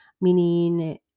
meaning